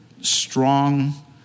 strong